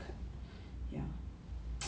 ya